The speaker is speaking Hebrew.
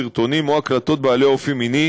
סרטונים או הקלטות בעלי אופי מיני